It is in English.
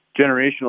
generational